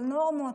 על נורמות,